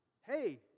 hey